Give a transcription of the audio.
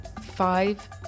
five